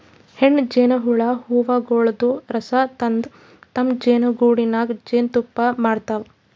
ಹೆಣ್ಣ್ ಜೇನಹುಳ ಹೂವಗೊಳಿನ್ದ್ ರಸ ತಂದ್ ತಮ್ಮ್ ಜೇನಿಗೂಡಿನಾಗ್ ಜೇನ್ತುಪ್ಪಾ ಮಾಡ್ತಾವ್